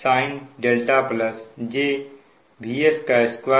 x sin jVS2 VS